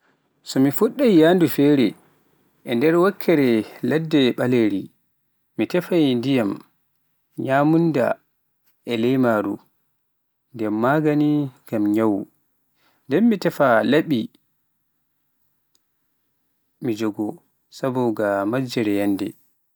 So mi fuddai yahdu feere e nder wakere ladde balere, mi tefai ndiyam, nyamunda e leymaru, nden magaani ngam nyawu, ndem mi tefa laɓe an mi jogo, saboga majjeri yannde.